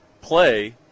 play